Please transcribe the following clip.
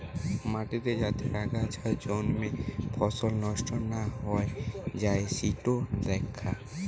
মাটিতে যাতে আগাছা জন্মে ফসল নষ্ট না হৈ যাই সিটো দ্যাখা